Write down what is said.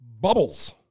bubbles